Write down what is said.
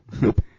Nope